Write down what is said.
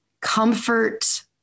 comfort